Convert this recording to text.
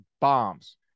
bombs